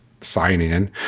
sign-in